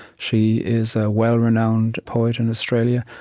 she is a well-renowned poet in australia,